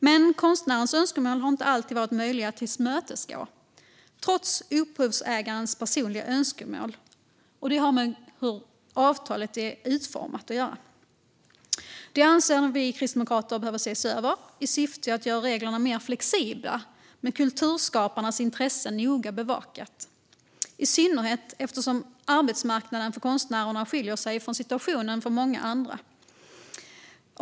Men konstnärens önskemål har inte alltid varit möjliga att tillmötesgå, trots upphovsrättsägarens personliga vilja, vilket har att göra med hur avtalet är utformat. Detta anser vi kristdemokrater behöver ses över, i syfte att göra reglerna mer flexibla och med kulturskaparnas intresse noga bevakat, i synnerhet eftersom konstnärernas arbetsmarknad skiljer sig från situationen för många andra.